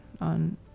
on